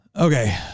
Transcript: Okay